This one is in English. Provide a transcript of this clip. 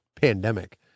pandemic